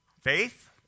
Faith